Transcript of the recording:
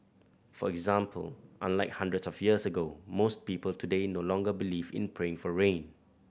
for example unlike hundreds of years ago most people today no longer believe in praying for rain